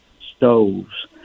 stoves